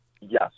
Yes